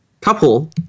Couple